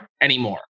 anymore